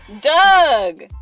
Doug